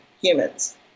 humans